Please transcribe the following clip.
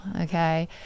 okay